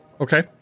Okay